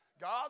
God